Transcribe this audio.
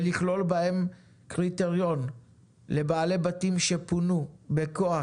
ולכלול בהם קריטריון לבעלי בתים שפונו בכוח,